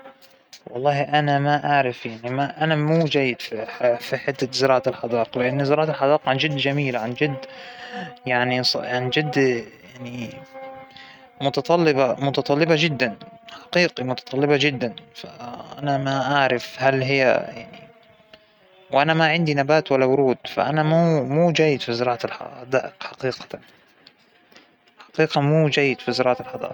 أنا ما فينى أنام نهائياً لو إنه فى طفل يبكى، أو إن فى موسيقى صاخبة، هاى الإثنين ما بتخلى عيونى تغمض أصلاً، بتوترنى مافينى أستمع لهاى الأشياء وأسترخى بنفس الوقت، مرة صعب أصلاً إنه يكون جنبك طفل جالس يصرخ، سواء عليك أو على غيرك وانت تغمض عيونك وا- وتسترخى.